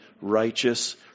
righteous